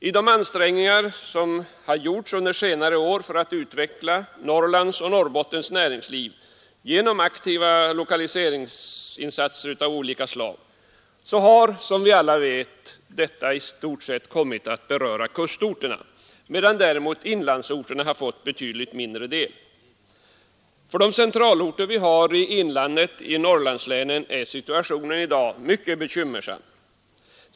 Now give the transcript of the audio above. I de ansträngningar som har gjorts under senare år för att utveckla Norrlands och Norrbottens näringsliv genom aktiva lokaliseringsinsatser av olika slag har som vi alla vet detta i stort sett kommit att beröra kustorterna, medan däremot inlandsorterna fått betydligt mindre del. För de centralorter vi har i inlandet i Norrlandslänen är situationen i dag mycket bekymmersam.